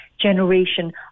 generation